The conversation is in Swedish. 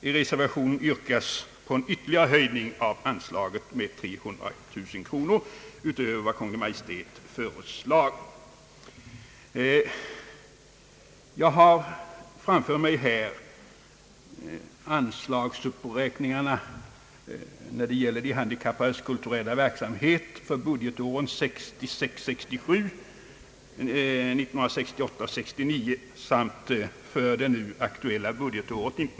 I reservationen yrkas på en ytterligare höj Jag har här framför mig anslagsuppräkningarna för de handikappades kulturella verksamhet för budgetåren 1966 69 samt för det nu aktuella budgetåret 1969/70.